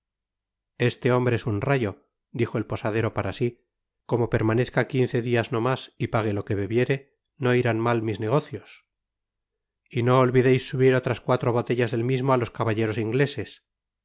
este hombre es un rayo dijo el posadero para si como permanezca quince dias no mas y pague lo que bebiere no irán mal mis negocios mry no olvideis subir otras cuatro botellas del mismo á los caballeros ingleses